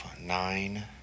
nine